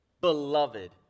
beloved